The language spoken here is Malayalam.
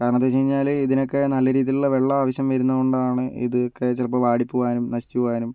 കാരണമെന്തെന്നു വെച്ച് കഴിഞ്ഞാൽ ഇതിനൊക്കെ നല്ല രീതിയിലുള്ള വെള്ളം ആവശ്യം വരുന്നതുകൊണ്ടാണ് ഇതൊക്കെ ചിലപ്പോൾ വാടിപ്പോവാനും നശിച്ചു പോവാനും